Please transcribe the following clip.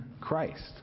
Christ